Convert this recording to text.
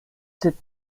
sept